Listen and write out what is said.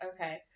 Okay